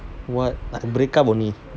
what I break up only